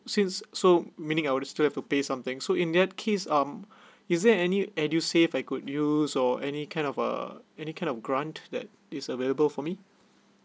since so meaning I would still have to pay something so in that case mm is there any edusave I could used or any kind of uh any kind of grant that is available for me